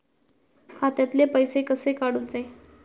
खात्यातले पैसे कसे काडूचे?